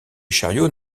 chariots